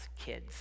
kids